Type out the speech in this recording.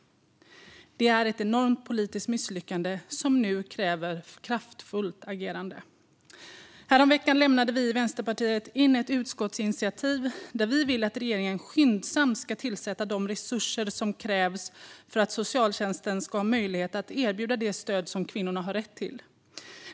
Det är ett enormt politiskt misslyckande som nu kräver ett kraftfullt agerande. Häromveckan lade vi i Vänsterpartiet fram ett förslag till utskottsinitiativ. Vi vill att regeringen skyndsamt tillsätter de resurser som krävs för att socialtjänsten ska ha möjlighet att erbjuda det stöd som kvinnorna har rätt till.